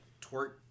twerk